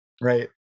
right